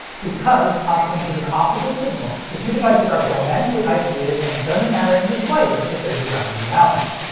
because toslink is an optical signal, the two devices are galvanically isolated and it doesn't matter in the slightest if there's a ground imbalance.